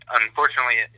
unfortunately